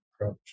approach